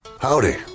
Howdy